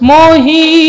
Mohi